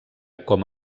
com